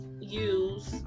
use